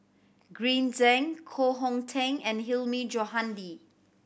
Green Zeng Koh Hong Teng and Hilmi Johandi